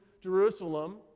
Jerusalem